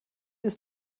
ist